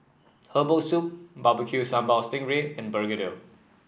Herbal Soup Barbecue Sambal Sting Ray and begedil